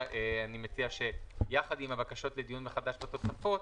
אני מציע שיחד עם הבקשות לדיון מחדש בתוספות